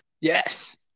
yes